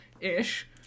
ish